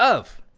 of,